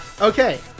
Okay